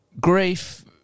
grief